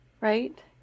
right